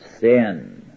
sin